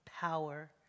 power